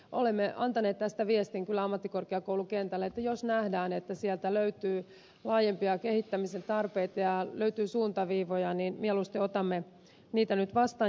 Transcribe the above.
olemme antaneet tästä viestin kyllä ammattikorkeakoulukentälle että jos nähdään että sieltä löytyy laajempia kehittämisen tarpeita ja löytyy suuntaviivoja niin mieluusti otamme niitä nyt vastaan